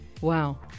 Wow